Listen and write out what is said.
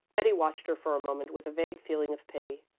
betty watched her for a moment with a vague feeling of pity.